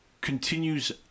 continues